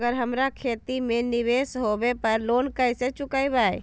अगर हमरा खेती में निवेस होवे पर लोन कैसे चुकाइबे?